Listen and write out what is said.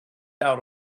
out